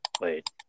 wait